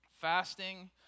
Fasting